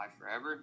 forever